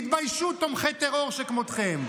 תתביישו, תומכי טרור שכמותכם.